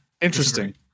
Interesting